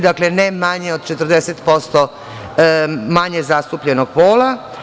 Dakle, ne manje od 40% manje zastupljenog pola.